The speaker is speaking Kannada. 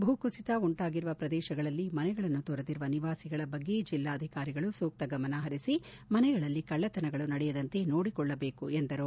ಭೂ ಕುಸಿತ ಉಂಟಾಗಿರುವ ಪ್ರದೇಶಗಳಲ್ಲಿ ಮನೆಗಳನ್ನು ತೊರೆದಿರುವ ನಿವಾಸಿಗಳ ಬಗ್ಗೆ ಜಿಲ್ಲಾಧಿಕಾರಿಗಳು ಸೂಕ್ತ ಗಮನ ಹರಿಸಿ ಮನೆಗಳಲ್ಲಿ ಕಳ್ಳತನಗಳು ನಡೆಯದಂತೆ ನೋಡಿಕೊಳ್ಳಬೇಕೆಂದರು